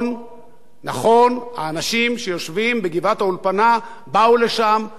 האנשים שיושבים בגבעת-האולפנה באו לשם בשליחות,